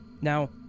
Now